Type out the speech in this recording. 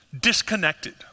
disconnected